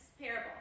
parable